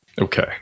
okay